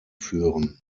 führen